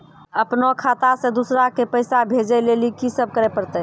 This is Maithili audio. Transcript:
अपनो खाता से दूसरा के पैसा भेजै लेली की सब करे परतै?